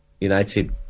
United